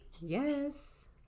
Yes